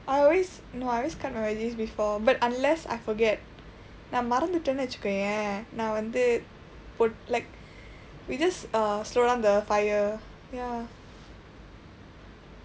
I always no I always cut my veggies before but unless I forget நான் மறந்துட்டேன் வைச்சுக்கோயே நான் வந்து:naan marandthutdeen vaichsukooyee naan vandthu put like we just err slow down the fire ya